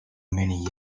many